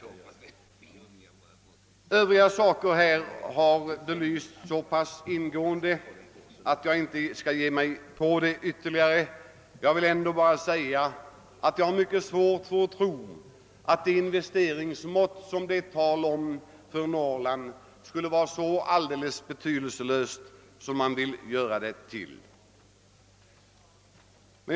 Övriga frågor har här belysts så ingående att jag inte skall beröra dem yt terligare. Jag vill ändå säga att jag har mycket svårt att tro, att detinvesteringsmått som det är tal om för Norrland skulle vara så betydelselöst som man vill göra gällande.